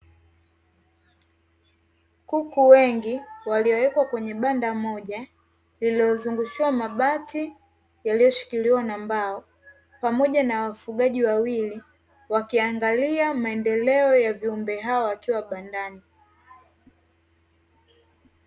Kuku wengi waliwekwa kwenye banda moja lililozungushiwa mabati yaliyoshikiliwa na mbao pamoja na wafugaji wawili wakiangalia maendeleo ya viumbe hawa wakiwa bandani.